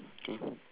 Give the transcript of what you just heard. K